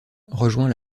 rejoint